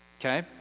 Okay